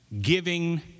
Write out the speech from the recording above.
giving